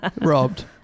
Robbed